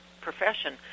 profession